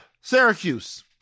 Syracuse